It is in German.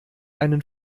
einen